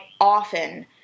often